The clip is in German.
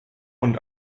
und